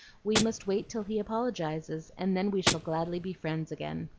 we must wait till he apologizes, and then we shall gladly be friends again.